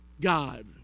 God